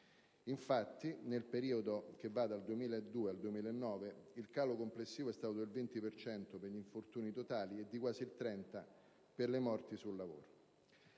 Infatti, nel periodo che va dal 2002 al 2009, il calo complessivo è stato del 20 per cento degli infortuni totali e di quasi il 30 per le morti sul lavoro.